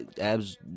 Abs